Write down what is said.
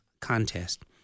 Contest